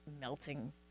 melting